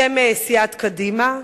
בשם סיעת קדימה.